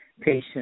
patient